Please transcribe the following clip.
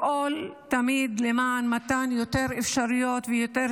לפעול תמיד למען מתן יותר אפשרויות ויותר